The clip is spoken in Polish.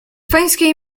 pańskiej